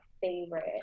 favorite